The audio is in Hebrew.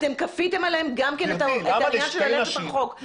כפיתם עליהם את העניין של ללכת רחוק.